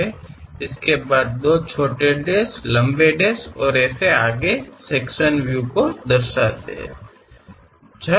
ಮತ್ತು ಇಲ್ಲಿ ನಾವು ಲಾಂಗ್ ಡ್ಯಾಶ್ ಅನ್ನು ಎರಡು ಸಣ್ಣ ಡ್ಯಾಶ್ಗಳು ಮತ್ತು ವಿಭಾಗೀಯ ವೀಕ್ಷಣೆಯಾಗಿ ತೋರಿಸುತ್ತಿದ್ದೇವೆ